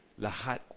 Lahat